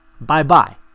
Bye-bye